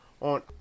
on